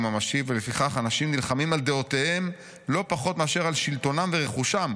ממשי ולפיכך 'אנשים נלחמים על דעותיהם לא פחות מאשר על שלטונם ורכושם,